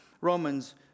Romans